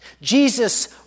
Jesus